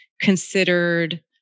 considered